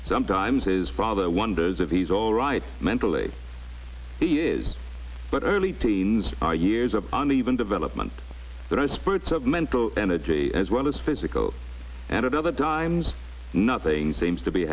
sometimes his father wonders if he's all right mentally he is but early teens are years of an even development that i spurts of mental energy as well as physical and other dimes nothing seems to be